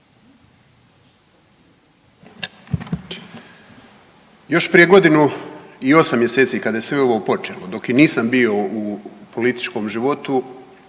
Još prije godinu i 8 mjeseci kada je sve ovo počelo dok i nisam bio u političkom životu